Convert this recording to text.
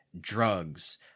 drugs